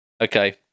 Okay